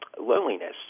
loneliness